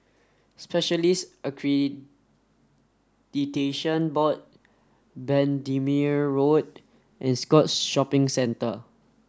Specialist Accreditation Board Bendemeer Road and Scotts Shopping Centre